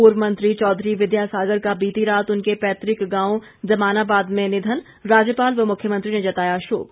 पूर्व मंत्री चौधरी विद्या सागर का बीती रात उनके पैतुक गांव जमानाबाद में निधन राज्यपाल व मुख्यमंत्री ने जताया शोक